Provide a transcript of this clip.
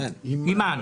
יאסין